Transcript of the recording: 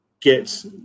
get